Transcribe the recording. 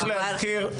חבל.